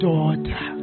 Daughter